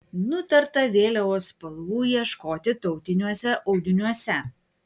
nutarta vėliavos spalvų ieškoti tautiniuose audiniuose